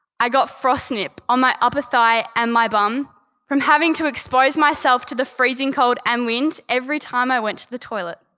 i got frostnip on my upper thigh and my bum from having to expose myself to the freezing cold and wind every time i went to the toilet.